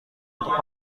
untuk